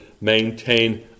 maintain